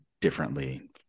differently